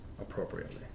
appropriately